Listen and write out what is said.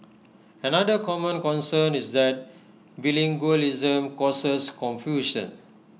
another common concern is that bilingualism causes confusion